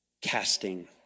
Casting